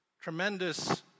tremendous